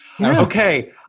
okay